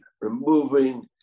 removing